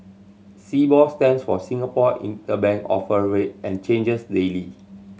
Sibor stands for Singapore Interbank Offer Rate and changes daily